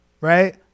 right